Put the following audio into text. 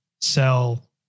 sell